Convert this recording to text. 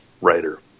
writer